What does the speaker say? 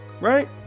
right